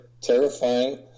terrifying